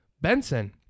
Benson